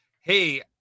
hey